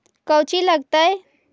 कौची लगतय?